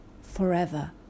forever